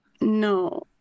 no